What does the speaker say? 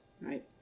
right